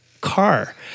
car